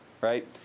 right